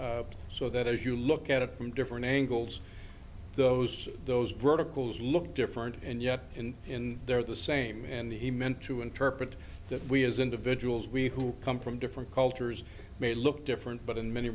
so that as you look at it from different angles those those verticals look different and yet in in they're the same and he meant to interpret that we as individuals we who come from different cultures may look different but in many